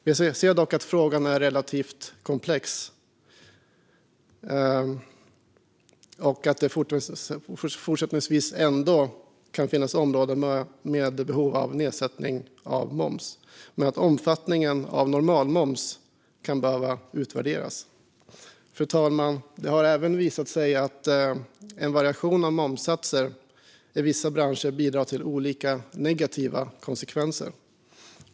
Vi ser dock att frågan är relativt komplex och att det fortsättningsvis ändå kan finnas områden med behov av nedsättning av moms, men omfattningen av normalmoms kan behöva utvärderas. Fru talman! Det har även visat sig att en variation av momssatser i vissa branscher bidrar till olika negativa konsekvenser.